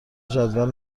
جدول